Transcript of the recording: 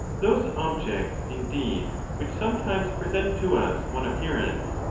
those objects, indeed, which sometimes present to us one appearance,